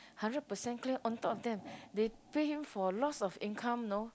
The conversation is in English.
hundred percent clear on top of them they pay him for lots of income you know